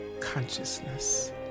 consciousness